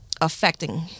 affecting